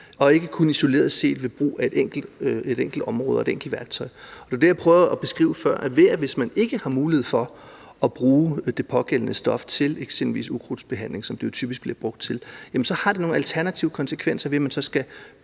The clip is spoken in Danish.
og ikke kun isoleret set ved at kigge på et enkelt område og bruge et enkelt værktøj. Det var det, jeg prøvede at beskrive før, nemlig at hvis man ikke har mulighed for at bruge det pågældende stof til eksempelvis ukrudtsbekæmpelse, som det jo typisk bliver brugt til, så har det nogle alternative konsekvenser, ved at man så